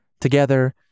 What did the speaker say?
Together